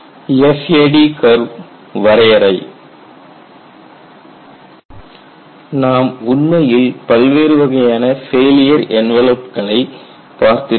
FAD curve வரையறை நாம் உண்மையில் பல்வேறு வகையான ஃபெயிலியர் என்வலப்களைப் பார்த்திருக்கிறோம்